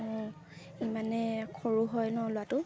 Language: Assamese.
অ ই মানে সৰু হয় ন' ল'ৰাটো